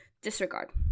disregard